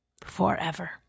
forever